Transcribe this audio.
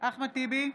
אחמד טיבי,